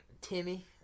Timmy